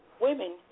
women